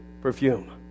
perfume